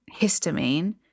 histamine